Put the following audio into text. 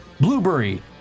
Blueberry